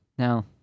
Now